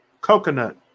coconut